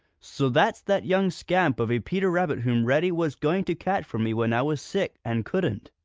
so that's that young scamp of a peter rabbit whom reddy was going to catch for me when i was sick and couldn't!